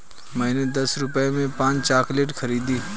मैंने दस रुपए में पांच चॉकलेट खरीदी